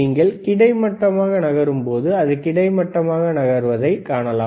நீங்கள் கிடைமட்டமாக நகரும்போது இது கிடைமட்டமாக நகர்வதை காணலாம்